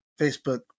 Facebook